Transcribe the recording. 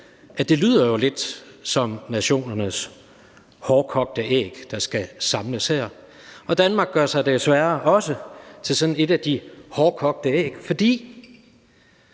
for det lyder lidt som nationernes hårdkogte æg, der skal samles her. Og Danmark gør sig jo desværre også til sådan et af de hårdkogte æg, for